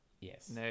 yes